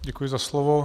Děkuji za slovo.